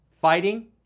fighting